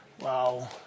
Wow